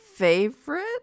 favorite